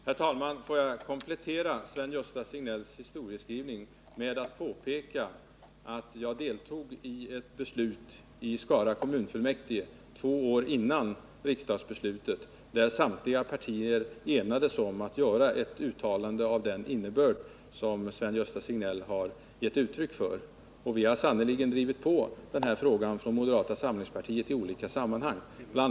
Herr talman! Jag vill komplettera Sven-Gösta Signells historieskrivning med att påpeka att jag två år före riksdagsbeslutet deltog i ett beslut i Skara kommunfullmäktige, där samtliga partier enades om att göra ett uttalande av den innebörd som Sven-Gösta Signell har gett uttryck för. Vi har sannerligen drivit på den här frågan från moderata samlingspartiet i olika sammanhang. Bl.